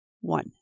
One